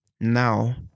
now